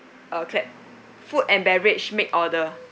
okay food and beverage make order